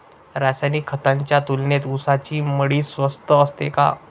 रासायनिक खतांच्या तुलनेत ऊसाची मळी स्वस्त असते का?